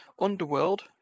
Underworld